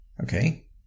Okay